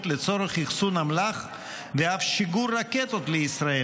לצורך אחסון אמל"ח ואף שיגור רקטות לישראל,